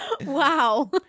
Wow